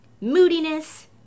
moodiness